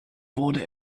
wurde